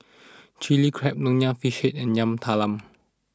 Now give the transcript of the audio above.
Chili Crab Nonya Fish and Yam Talam